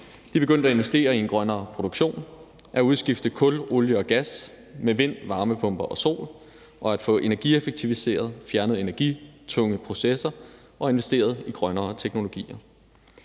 De begyndte at investere i en grønnere produktion og udskifte kul, olie og gas med vind, varmepumper og sol og at få energieffektiviseret samt fjernet energitunge processer og investeret i grønnere teknologier.